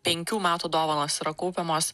penkių metų dovanos yra kaupiamos